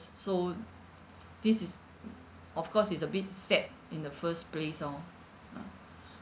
so this is of course it's a bit sad in the first place lor ah